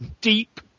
deep